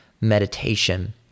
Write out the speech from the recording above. meditation